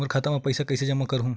मोर खाता म पईसा कइसे जमा करहु?